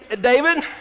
David